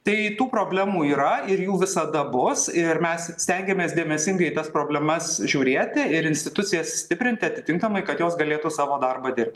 tai tų problemų yra ir jų visada bus ir mes stengiamės dėmesingai tas problemas žiūrėti ir institucijas stiprinti atitinkamai kad jos galėtų savo darbą dirb